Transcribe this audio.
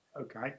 okay